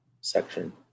section